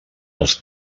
als